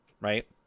right